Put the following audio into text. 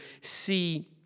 see